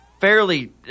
fairly